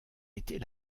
était